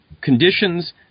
conditions